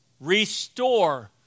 Restore